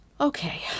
Okay